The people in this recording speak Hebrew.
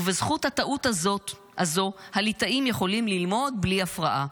ובזכות הטעות הזו הליטאים יכולים ללמוד בלי הפרעה.